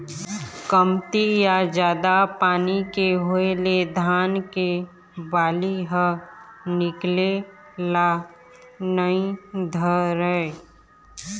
कमती या जादा पानी के होए ले धान के बाली ह निकले ल नइ धरय